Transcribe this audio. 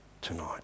tonight